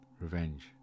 Revenge